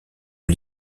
aux